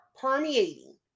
permeating